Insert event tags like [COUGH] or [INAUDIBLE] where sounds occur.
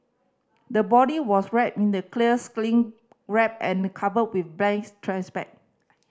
the body was wrapped in the clear cling wrap and covered with [UNINTELLIGIBLE] trash bag [UNINTELLIGIBLE]